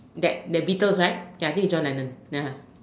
that that Beatles right I think is John-Lennon ya